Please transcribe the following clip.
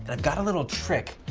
and i've got a little trick,